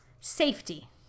safety